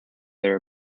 their